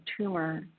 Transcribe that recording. tumor